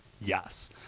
yes